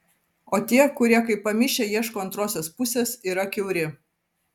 o tie kurie kaip pamišę ieško antrosios pusės yra kiauri